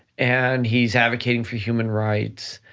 and he's advocating for human rights,